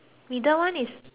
high heel